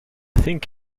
think